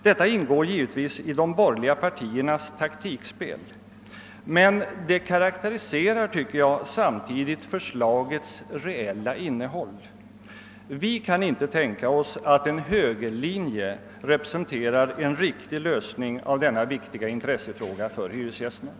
Detta ingår givetvis i de borgerliga partiernas taktikspel, men det karakteriserar enligt min mening samtidigt förslagets reella innehåll. Vi kan inte tänka oss att en högerlinje är en riktig lösning av denna för hyresgästerna så viktiga fråga.